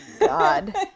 God